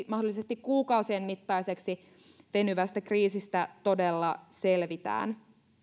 mahdollisesti kuukausien mittaiseksi venyvästä kriisistä todella selvitään